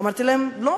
אמרתי להם: לא.